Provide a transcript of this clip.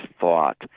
thought